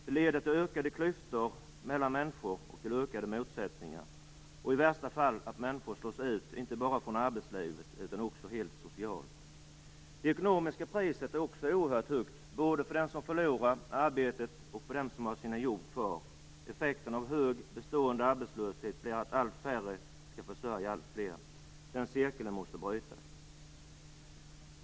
Den leder till ökade klyftor mellan människor, till ökade motsättningar och i värsta fall till att människor slås ut, inte bara från arbetslivet utan också socialt. Det ekonomiska priset är också oerhört högt, både för dem som förlorar arbetet och för dem som har sina jobb kvar. Effekten av hög, bestående arbetslöshet blir att allt färre skall försörja alltfler. Den cirkeln måste brytas.